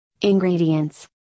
Ingredients